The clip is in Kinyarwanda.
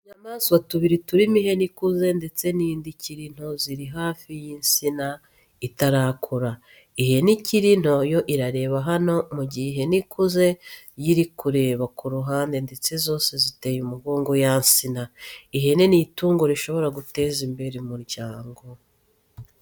Utunyamaswa tubiri turimo ihene ikuze ndetse n'indi ikiri nto ziri hafi y'insina itarakura. Ihene ikiri nto yo irareba hano mu gihe ikuze yo iri kureba ku ruhande ndetse zose ziteye umugongo ya nsina. Ihene ni itungo rishobora guteza imbere umuryango.